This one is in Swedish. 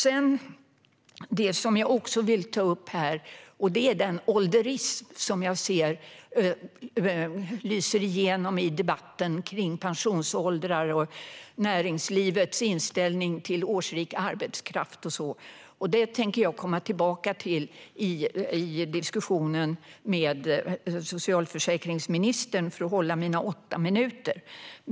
Jag vill också ta upp den ålderism jag ser lysa igenom i debatten om pensionsåldrar och näringslivets inställning till årsrik arbetskraft. Detta tänker jag komma tillbaka till i diskussionen med socialministern, för att hålla mina åtta minuter.